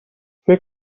فکر